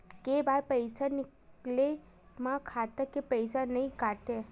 के बार पईसा निकले मा खाता ले पईसा नई काटे?